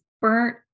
burnt